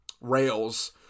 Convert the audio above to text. rails